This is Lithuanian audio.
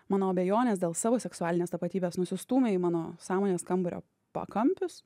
mano abejonės dėl savo seksualinės tapatybės nusistūmė į mano sąmonės kambario pakampius